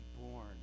born